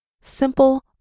Simple